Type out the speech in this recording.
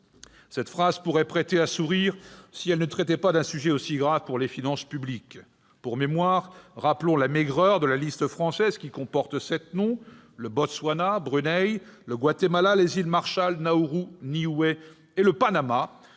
Cette disposition pourrait prêter à sourire si elle ne traitait pas d'un sujet aussi grave pour les finances publiques. Pour mémoire, rappelons la maigreur de la liste française, qui comporte sept États : le Botswana, Brunei, le Guatemala, les Îles Marshall, Nauru, Niue et le Panama,